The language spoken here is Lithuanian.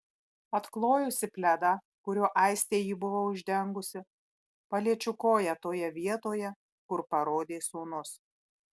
atklojusi pledą kuriuo aistė jį buvo uždengusi paliečiu koją toje vietoje kur parodė sūnus